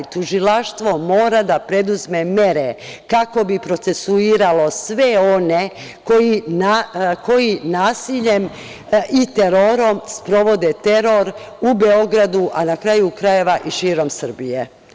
Tužilaštvo mora da preduzme mere kako bi procesuiralo sve one koji nasiljem i terorom sprovode teror u Beogradu, a na kraju krajeva i širem Srbije.